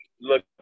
look